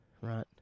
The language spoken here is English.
right